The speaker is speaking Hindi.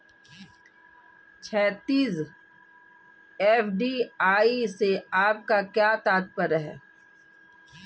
क्षैतिज, एफ.डी.आई से आपका क्या तात्पर्य है?